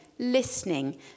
listening